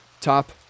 Top